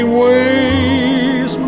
ways